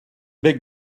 big